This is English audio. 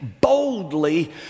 boldly